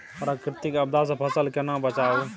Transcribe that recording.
प्राकृतिक आपदा सं फसल केना बचावी?